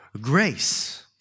grace